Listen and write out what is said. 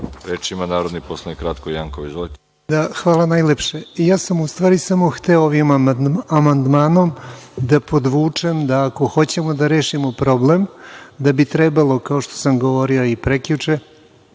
ima narodni poslanik Ratko Jankov. **Ratko Jankov** Hvala najlepše. Ja sam u stvari samo hteo ovim amandmanom da podvučem da ako hoćemo da rešimo problem, da bi trebalo, kao što sam govorio i prekjuče,